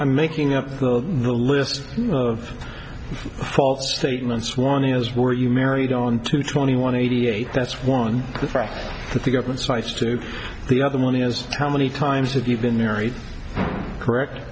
i'm making up the list of false statements one is were you married on to twenty one eighty eight that's one the fact that the government cites to the other money as how many times have you been married correct